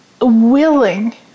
willing